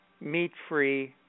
meat-free